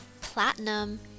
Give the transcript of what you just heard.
platinum